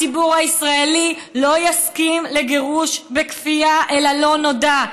הציבור הישראלי לא יסכים לגירוש בכפייה אל הלא-נודע.